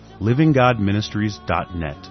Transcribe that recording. livinggodministries.net